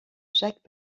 jacques